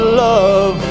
love